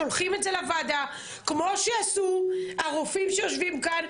שולחים את זה לוועדה כמו שעשו הרופאים שיושבים כאן,